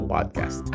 Podcast